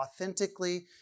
authentically